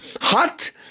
hot